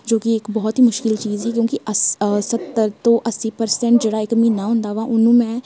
ਜੋ ਕਿ ਇੱਕ ਬਹੁਤ ਹੀ ਮੁਸ਼ਕਿਲ ਚੀਜ਼ ਸੀ ਕਿਉਂਕਿ ਅੱਸ ਸੱਤਰ ਤੋਂ ਅੱਸੀ ਪਰਸੈਂਟ ਜਿਹੜਾ ਇੱਕ ਮਹੀਨਾ ਹੁੰਦਾ ਵਾ ਉਹਨੂੰ ਮੈਂ